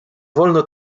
wolno